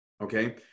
Okay